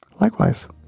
Likewise